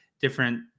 different